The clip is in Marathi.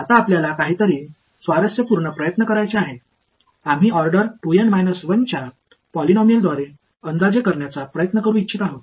आता आपल्याला काहीतरी स्वारस्यपूर्ण प्रयत्न करायचे आहेत आम्ही ऑर्डर 2 एन 1 च्या पॉलिनॉमियलद्वारे अंदाजे करण्याचा प्रयत्न करू इच्छित आहोत